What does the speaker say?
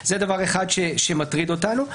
זה דבר אחד שמטריד אותנו.